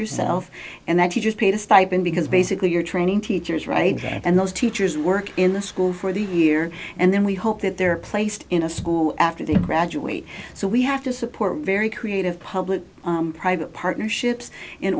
yourself and actually just paid a stipend because basically you're training teachers right and those teachers work in the school for the year and then we hope that they're placed in a school after they graduate so we have to support very creative public private partnerships in